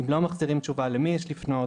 אם לא מחזירים תשובה למי יש לפנות.